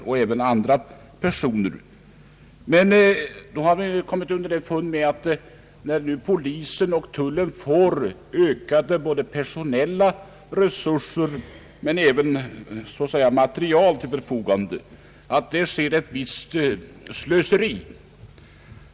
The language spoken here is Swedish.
Man har nu kommit underfund med att när nu polisen och tullen får ökade personella och materiella resurser till sitt förfogande, sker ett visst slöseri.